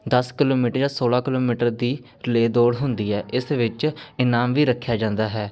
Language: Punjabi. ਦਸ ਕਿਲੋਮੀਟਰ ਜਾਂ ਸੌਲਾਂ ਕਿਲੋਮੀਟਰ ਦੀ ਰਿਲੇਅ ਦੌੜ ਹੁੰਦੀ ਹੈ ਇਸ ਵਿੱਚ ਇਨਾਮ ਵੀ ਰੱਖਿਆ ਜਾਂਦਾ ਹੈ